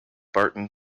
barton